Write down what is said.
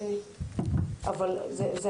עם